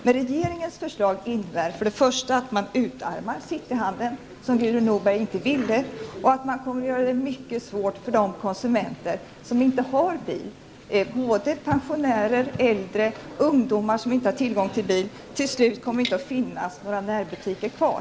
Men regeringens förslag innebär för det första att man utarmar cityhandeln, vilket Gudrun Norberg inte ville, och för det andra att man kommer att göra det mycket svårt för de konsumenter som inte har bil -- pensionärer, äldre, ungdomar som inte har tillgång till bil. Till slut kommer det inte att finnas några närbutiker kvar.